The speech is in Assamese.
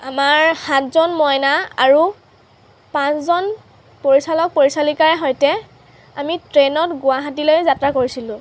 আমাৰ সাতজন মইনা আৰু পাঁচজন পৰিচালক পৰিচালিকাৰ সৈতে আমি ট্ৰেইনত গুৱাহাটীলৈ যাত্ৰা কৰিছিলোঁ